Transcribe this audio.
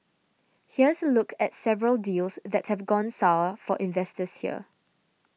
here's a look at several deals that have gone sour for investors here